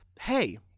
hey